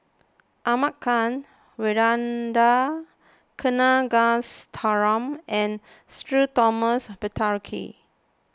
Ahmad Khan Ragunathar Kanagasuntheram and Sudhir Thomas Vadaketh